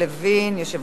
יושב-ראש הוועדה,